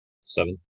Seven